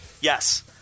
Yes